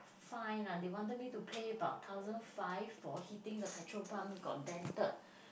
fine ah they wanted me to pay about thousand five for hitting the petrol pump got dented